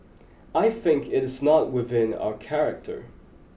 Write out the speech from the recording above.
I think it is not within our character